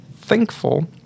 thankful